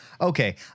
Okay